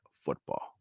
football